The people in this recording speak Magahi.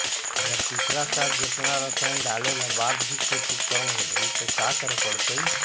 अगर पिछला साल जेतना रासायन डालेला बाद भी खेती कम होलइ तो का करे पड़तई?